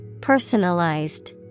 Personalized